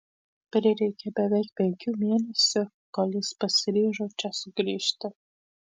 prireikė beveik penkių mėnesių kol jis pasiryžo čia sugrįžti